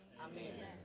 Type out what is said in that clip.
Amen